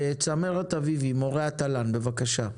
צמרת אביבי, מורי התל"ן, בבקשה.